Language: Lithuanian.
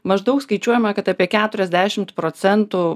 maždaug skaičiuojama kad apie keturiasdešimt procentų